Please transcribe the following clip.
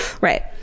Right